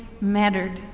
mattered